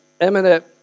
eminent